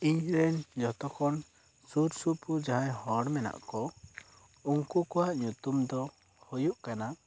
ᱤᱧ ᱨᱮᱱ ᱡᱚᱛᱚ ᱠᱷᱚᱱ ᱥᱩᱨ ᱥᱩᱯᱩᱨ ᱡᱟᱦᱟᱸᱭ ᱦᱚᱲ ᱢᱮᱱᱟᱜ ᱠᱚ ᱩᱱᱠᱩ ᱠᱚᱣᱟᱜ ᱧᱩᱛᱩᱢ ᱫᱚ ᱦᱩᱭᱩᱜ ᱠᱟᱱᱟ